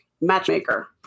matchmaker